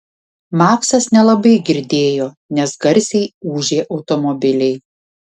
maksas nelabai girdėjo nes garsiai ūžė automobiliai